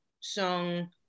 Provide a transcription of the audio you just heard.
song